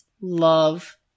love